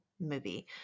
movie